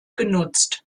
genutzt